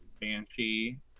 Banshee